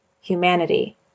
humanity